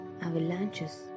avalanches